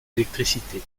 électricité